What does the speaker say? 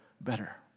better